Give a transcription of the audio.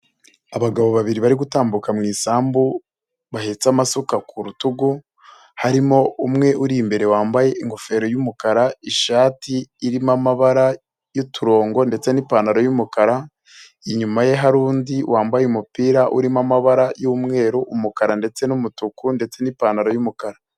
Abagabo babiri bari gutambuka mu isambu bahetse amasuka ku rutugu, harimo umwe uri imbere wambaye ingofero y'umukara, ishati irimo amabara y'uturongo ndetse n'ipantaro y'umukara, inyuma ye hari undi wambaye umupira urimo amabara y'umweru, umukara ndetse n'umutuku ndetse n'ipantaro y'umukara.